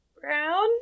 Brown